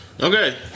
okay